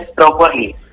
properly